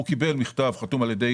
הוא קיבל מכתב חתום על ידי